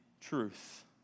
truth